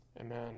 amen